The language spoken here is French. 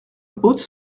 haute